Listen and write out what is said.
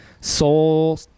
soul